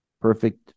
perfect